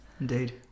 Indeed